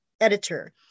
editor